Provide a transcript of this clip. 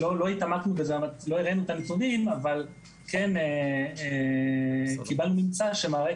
לא הראינו את הנתונים אבל קיבלנו ממצא שמראה,